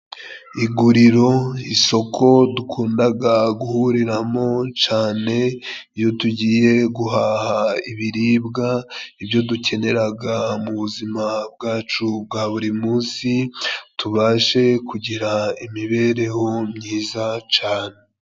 Iguriro, isoko dukundaga guhuriramo cane iyo tugiye guhaha ibiribwa, ibyo dukeneraga mu buzima bwacu bwa buri munsi, tubashe kugira imibereho myiza cane.